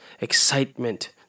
excitement